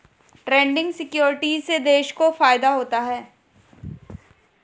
Trading securities से देश को क्या फायदा होता है?